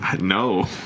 No